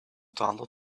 download